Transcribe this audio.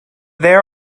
there